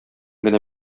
генә